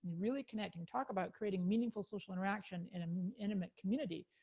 really connecting, talk about creating meaningful social interaction in an intimate community.